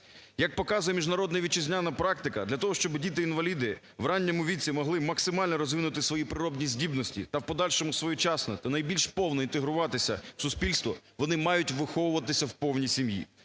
Як показує міжнародна вітчизняна практика, для того, щоб діти-інваліди в ранньому віці максимально могли розвинути свої природні здібності та в подальшому своєчасно та найбільш повно інтегруватися в суспільство, вони мають виховуватися в повній сім'ї.